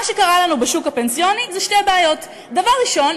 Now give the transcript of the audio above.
מה שקרה לנו בשוק הפנסיוני זה שתי בעיות: דבר ראשון,